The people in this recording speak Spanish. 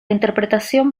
interpretación